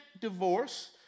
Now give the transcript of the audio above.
divorce